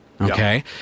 Okay